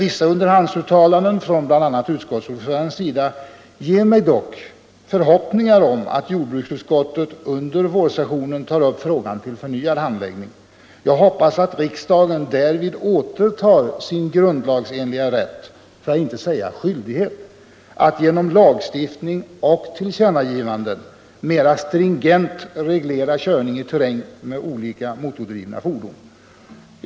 Vissa underhandsuttalanden från bl.a. utskottsordföranden ger mig dock förhoppningar om att jordbruksutskottet under vårsessionen tar upp frågan till förnyad handläggning. Jag hoppas att riksdagen därvid återtar sin grundlagsenliga rätt, för att inte säga skyldighet, att genom lagstiftning och tillkännagivanden mera stringent reglera körning i terräng med olika motordrivna fordon.